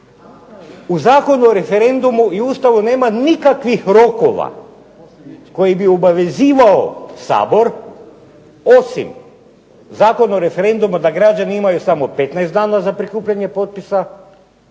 U Zakonu o referendumu i Ustavu nema nikakvih rokova koji bi obavezivao Sabor osim Zakona o referendumu da građani imaju samo 15 dana za prikupljanje potpisa,